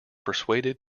persuaded